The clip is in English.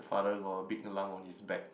the father got a big lump on his back